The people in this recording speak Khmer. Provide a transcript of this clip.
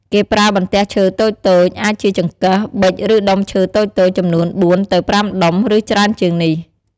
គេប្រើបន្ទះឈើតូចៗ អាចជាចង្កឹះ ប៊ិច ឬដុំឈើតូចៗ ចំនួន ៤ ទៅ ៥ ដុំ ឬច្រើនជាងនេះ។